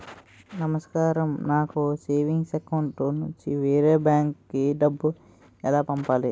నమస్కారం నాకు savings account నుంచి వేరే బ్యాంక్ కి డబ్బు ఎలా పంపాలి?